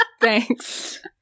Thanks